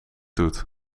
doet